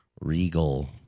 Regal